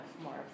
more